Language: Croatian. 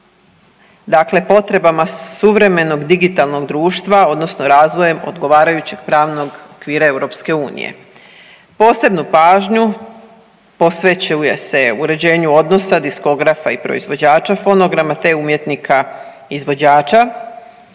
dakle potrebama suvremenog digitalnog društva odnosno razvojem odgovarajućeg pravnog okvira Europske unije. Posebnu pažnju posvećuje se uređenju odnosa diskografa i proizvođača fonograma te umjetnika izvođača.